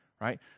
Right